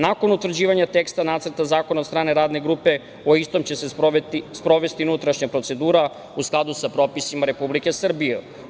Nakon utvrđivanja teksta nacrta zakona od strane Radne grupe, o istom će se sprovesti unutrašnja procedura u skladu sa propisima Republike Srbije“